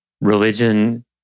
religion